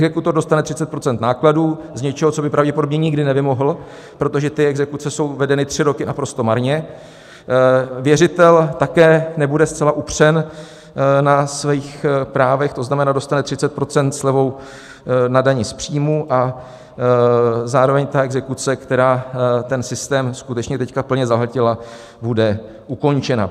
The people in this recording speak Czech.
Exekutor dostane 30 % nákladů z něčeho, co by pravděpodobně nikdy nevymohl, protože ty exekuce jsou vedeny tři roky naprosto marně, věřitel také nebude zcela upřen na svých právech, to znamená, dostane 30 % slevou na dani z příjmu, a zároveň ta exekuce, která systém skutečně teď plně zahltila, bude ukončena.